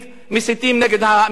מסיתים נגד הממשלה.